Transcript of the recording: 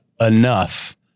enough